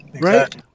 right